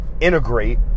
integrate